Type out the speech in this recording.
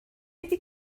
iddi